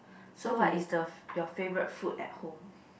so what is the your favourite food at home